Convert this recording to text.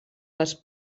les